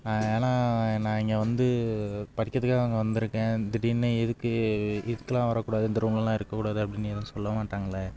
ஏன்னால் நான் இங்கே வந்து படிக்கிறதுக்காக அங்கே வந்திருக்கேன் திடீர்னு எதுக்கு இதுக்கெலாம் வரக்கூடாது இந்த ரூம்லலாம் இருக்கக்கூடாது அப்படின்னு எதுவும் சொல்ல மாட்டாங்கல்ல